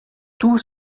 tous